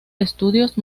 estudios